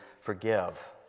forgive